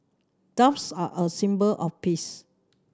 doves are a symbol of peace